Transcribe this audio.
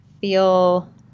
feel